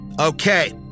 Okay